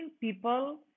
people